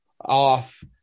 off